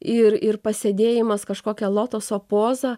ir ir pasėdėjimas kažkokia lotoso poza